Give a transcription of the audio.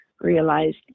realized